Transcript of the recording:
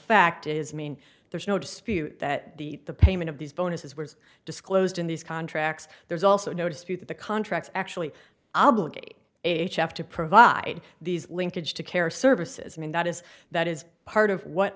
fact is i mean there's no dispute that the the payment of these bonuses was disclosed in these contracts there's also no dispute that the contracts actually obligate h f to provide these linkage to care services i mean that is that is part of what